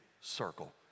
circle